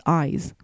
eyes